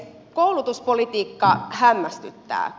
koulutuspolitiikka hämmästyttää